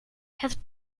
het